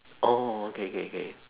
oh okay K K